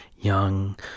young